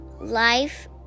life